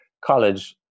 college